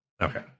okay